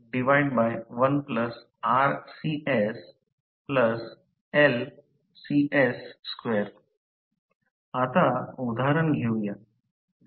49 आता उदाहरण घेऊ या